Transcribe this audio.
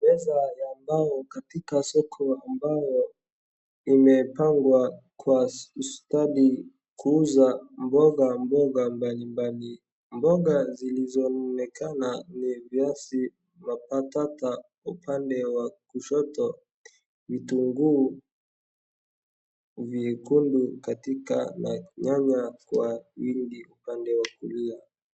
Meza ya mbao katika soko ambayo imepangwa kwa ustadi kuuza mboga mboga mbalimbali. Mboga zilizoonekana ni viazi na patata upande wa kushoto, vitunguu, vyekundu katikati na nyanya kwa wingi upande wa kulia.